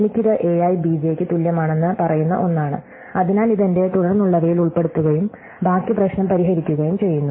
എനിക്ക് ഇത് a i b j യ്ക്ക് തുല്യമാണെന്ന് പറയുന്ന ഒന്നാണ് അതിനാൽ ഇത് എന്റെ തുടർന്നുള്ളവയിൽ ഉൾപ്പെടുത്തുകയും ബാക്കി പ്രശ്നം പരിഹരിക്കുകയും ചെയ്യുന്നു